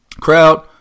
Crowd